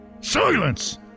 Silence